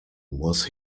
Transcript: was